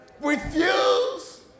Refuse